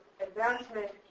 advancement